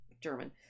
German